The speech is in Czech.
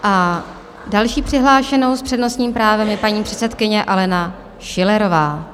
A další přihlášenou s přednostním právem je paní předsedkyně Alena Schillerová.